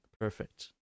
Perfect